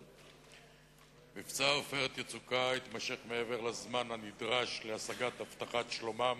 1. מבצע "עופרת יצוקה" התמשך מעבר לזמן הנדרש להשגת הבטחת שלומם